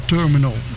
Terminal